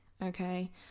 Okay